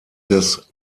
des